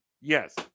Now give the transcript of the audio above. Yes